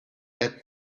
had